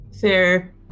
fair